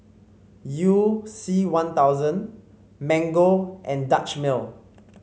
You C One Thousand Mango and Dutch Mill